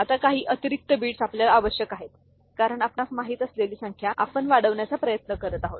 आता काही अतिरिक्त बिट्स आवश्यक आहेत कारण आपणास माहित असलेली संख्या आपण वाढवण्याचा प्रयत्न करीत आहोत